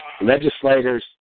legislators